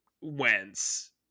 Wentz